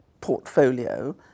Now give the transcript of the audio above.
portfolio